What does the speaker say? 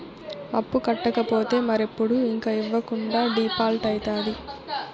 అప్పు కట్టకపోతే మరెప్పుడు ఇంక ఇవ్వకుండా డీపాల్ట్అయితాది